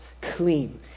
clean